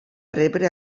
rebre